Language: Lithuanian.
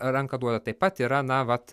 ranką duoda taip pat yra na vat